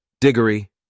Diggory